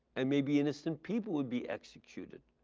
and maybe innocent people would be executed.